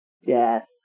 Yes